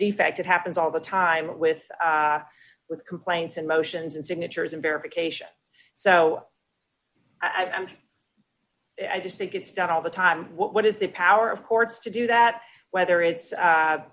defect it happens all the time with with complaints and motions and signatures and verification so i'm i just think it's done all the time what is the power of courts to do that whether